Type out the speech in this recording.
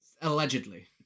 Allegedly